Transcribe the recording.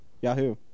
Yahoo